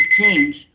change